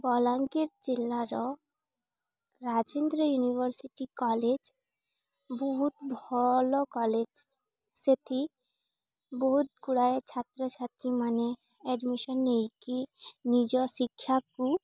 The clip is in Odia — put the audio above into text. ବଲାଙ୍ଗୀର ଜିଲ୍ଲାର ରାଜେନ୍ଦ୍ର ୟୁନିଭର୍ସିଟି କଲେଜ୍ ବହୁତ ଭଲ କଲେଜ୍ ସେଠି ବହୁତ ଗୁଡ଼ାଏ ଛାତ୍ରଛାତ୍ରୀମାନେ ଆଡ଼ମିସନ୍ ନେଇକି ନିଜ ଶିକ୍ଷାକୁ